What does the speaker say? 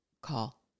call